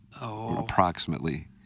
approximately